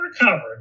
recovered